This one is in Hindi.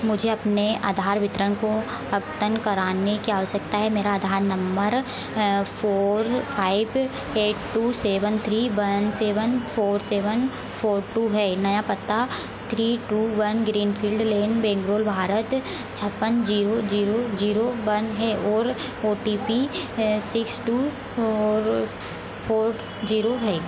मुझे अपने आधार वितरण को अद्यतन करने की आवश्यकता है मेरा Aadhaar number four five eight two seven three one seven four seven four two है नया पता three two one Greenfield Lane Bangalore Bharat छप्पन जीरो जीरो जीरो वन है और O T P six two four four zero है